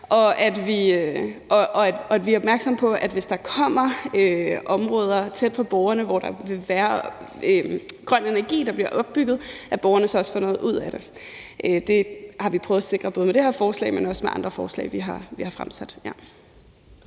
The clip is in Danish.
Og vi er opmærksomme på, at hvis der kommer områder tæt på borgerne, hvor der vil blive opbygget grøn energi, så får borgerne også noget ud af det. Det har vi prøvet at sikre med både det her forslag, men også andre forslag, vi har fremsat.